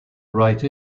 write